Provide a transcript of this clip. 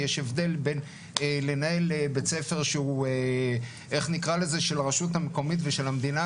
יש הבדל בין לנהל בית ספר שהוא של הרשות המקומית ושל המדינה,